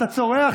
אתה צורח.